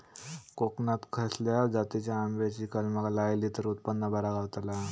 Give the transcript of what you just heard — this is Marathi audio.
कोकणात खसल्या जातीच्या आंब्याची कलमा लायली तर उत्पन बरा गावताला?